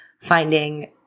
finding